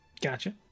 Gotcha